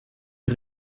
die